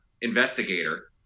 investigator